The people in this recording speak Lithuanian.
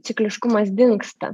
cikliškumas dingsta